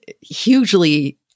hugely